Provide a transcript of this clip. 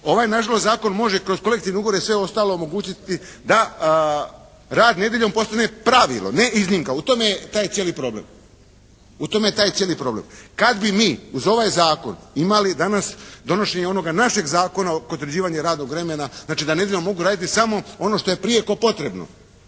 ovaj na žalost zakon može kroz kolektivne ugovore sve ostalo omogućiti da rad nedjeljom postane pravilo ne iznimka. U tome je taj cijeli problem. Kad bi mi uz ovaj zakon imali danas donošenje onog našeg zakona oko utvrđivanja radnog vremena, znači da nedjeljom mogu raditi samo ono što je prijeko potrebno